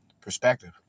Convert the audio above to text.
perspective